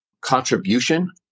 contribution